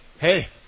hey